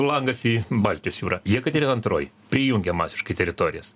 langas į baltijos jūrą jekaterina antroji prijungia masiškai teritorijas